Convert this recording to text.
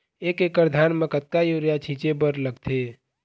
एक एकड़ धान म कतका यूरिया छींचे बर लगथे?